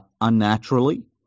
unnaturally